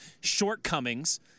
shortcomings